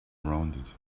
rounded